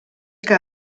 que